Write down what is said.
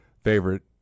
favorite